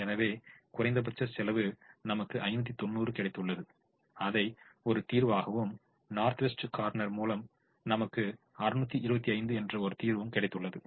எனவே குறைந்தபட்ச செலவு நமக்கு 590 கிடைத்துள்ளது அதை ஒரு தீர்வாகவும் நார்த் வெஸ்ட் கோர்னெர் மூலம் நமக்கு 625 என்ற ஒரு தீர்வும் கிடைத்துள்ளது